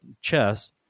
chess